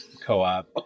Co-op